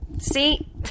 See